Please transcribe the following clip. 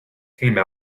came